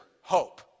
hope